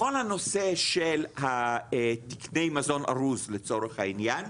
לכל הנושא של תקני המזון הארוז, לצורך העניין,